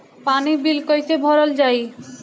पानी बिल कइसे भरल जाई?